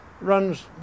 runs